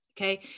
okay